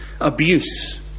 abuse